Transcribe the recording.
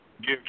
give